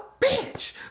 bitch